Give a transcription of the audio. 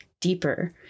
deeper